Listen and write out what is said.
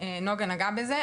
נגה נגעה בזה,